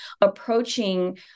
approaching